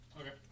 Okay